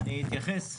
אני אתייחס.